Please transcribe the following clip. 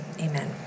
Amen